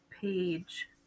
page